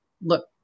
look